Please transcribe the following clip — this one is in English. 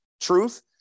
truth